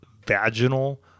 vaginal